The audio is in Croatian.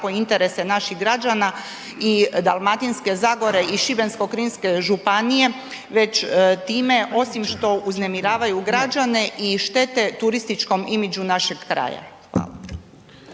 interese naših građana i Dalmatinske zagore i Šibensko-kninske županije, već time osim što uznemiravaju građane i štete turističkom imidžu našeg kraja.